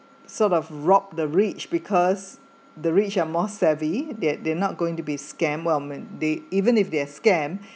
sort of rob the rich because the rich are more savvy that they're not going to be scam well man they even if they are scam